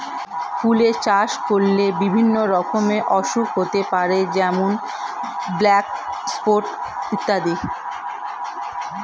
ফুলের চাষ করলে বিভিন্ন রকমের অসুখ হতে পারে যেমন ব্ল্যাক স্পট ইত্যাদি